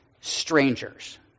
strangers